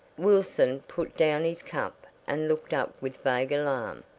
wilson put down his cup and looked up with vague alarm.